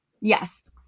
Yes